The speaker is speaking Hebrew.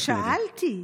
אני שאלתי.